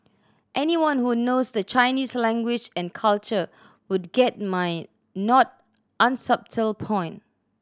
anyone who knows the Chinese language and culture would get my not unsubtle point